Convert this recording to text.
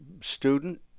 student